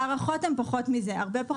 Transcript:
ההערכות הן פחות מזה, הרבה פחות.